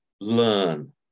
learn